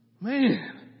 Man